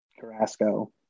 carrasco